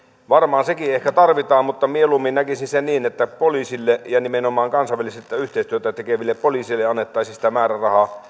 varmaan sekin ehkä tarvitaan mutta mieluummin näkisin sen näin että poliisille ja nimenomaan kansainvälistä yhteistyötä tekeville poliiseille annettaisiin sitä